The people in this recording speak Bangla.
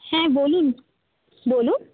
হ্যাঁ বলুন বলুন